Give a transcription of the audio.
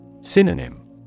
Synonym